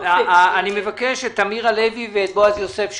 אני מבקש שוב את אמיר הלוי ואת בועז יוסף.